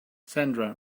sandra